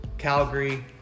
Calgary